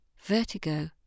vertigo